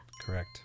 Correct